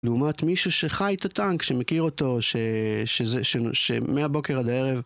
לעומת מישהו שחי את הטנק, שמכיר אותו, שזה שמהבוקר עד הערב.